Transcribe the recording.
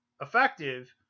effective